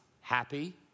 happy